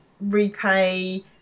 repay